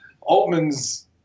Altman's